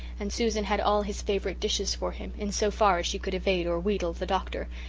and susan had all his favourite dishes for him, in so far as she could evade or wheedle the doctor,